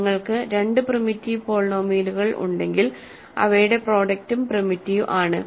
നിങ്ങൾക്ക് രണ്ട് പ്രിമിറ്റീവ് പോളിനോമിയലുകൾ ഉണ്ടെങ്കിൽ അവയുടെ പ്രോഡക്റ്റും പ്രിമിറ്റീവ് ആണ്